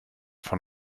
von